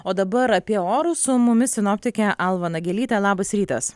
o dabar apie orus su mumis sinoptikė alma nagelytė labas rytas